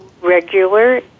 regular